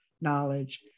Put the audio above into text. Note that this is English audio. knowledge